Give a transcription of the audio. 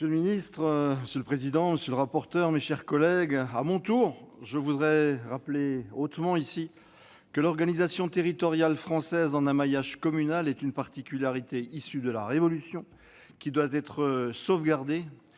M. André Reichardt. Monsieur le président, monsieur le ministre, mes chers collègues, à mon tour, je voudrais rappeler que l'organisation territoriale française en un maillage communal est une particularité issue de la Révolution qui doit être sauvegardée